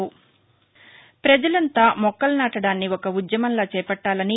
పజలంతా మొక్కలు నాటడాన్ని ఒక ఉద్యమంలా చేపట్టాలని